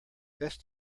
best